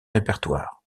répertoires